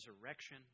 resurrection